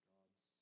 God's